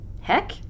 Heck